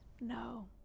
No